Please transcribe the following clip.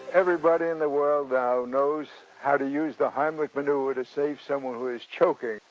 everybody in the world now knows how to use the heimlich manoeuvre to save someone who is choking.